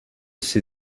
see